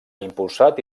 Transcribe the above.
impulsat